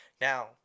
Now